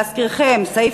להזכירכם, סעיף